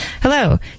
Hello